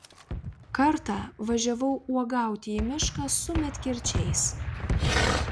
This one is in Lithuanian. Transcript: kartą važiavau uogauti į mišką su medkirčiais